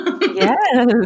Yes